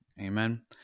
Amen